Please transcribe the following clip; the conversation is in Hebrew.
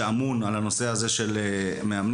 שאמון על הנושא הזה של מאמנים.